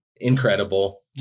Incredible